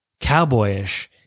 cowboyish